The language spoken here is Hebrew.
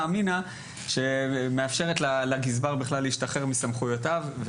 אמינא שמאפשרת לגזבר להשתחרר מסמכויותיו.